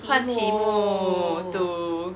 换题目 to